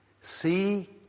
See